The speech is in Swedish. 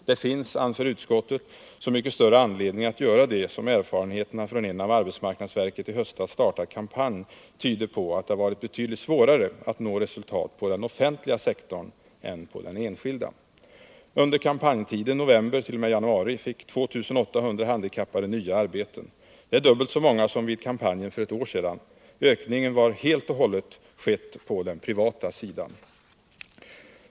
Det finns, anför utskottet, så mycket större anledning att göra det som erfarenheterna från en av arbetsmarknadsverket i höstas startad kampanj tyder på att det varit betydligt svårare att nå resultat på den offentliga sektorn än på den enskilda. Under kampanjtiden november-januari fick 2800 handikappade nya arbeten. Det är dubbelt så många som vid kampanjen för ett år sedan. Ökningen har helt och hållet skett på den privata sidan.